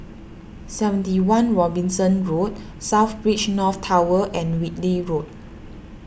seventy one Robinson Road South Beach North Tower and Whitley Road